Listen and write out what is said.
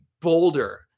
bolder